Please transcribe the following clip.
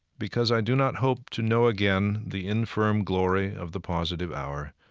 because i do not hope to know again the infirm glory of the positive hour